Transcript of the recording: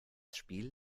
spiel